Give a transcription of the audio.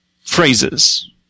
phrases